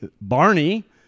Barney